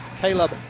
Caleb